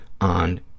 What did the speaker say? on